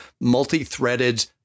multi-threaded